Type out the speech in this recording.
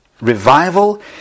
Revival